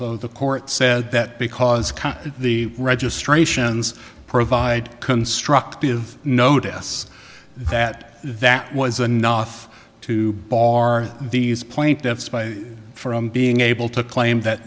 so the court said that because cut the registrations provide constructive notice that that was a nuff to bar these plaintiffs by from being able to claim that